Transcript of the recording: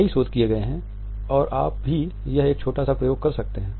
कई शोध किए गए हैं और आप भी यह एक छोटा सा प्रयोग कर सकते हैं